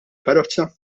karozza